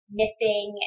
missing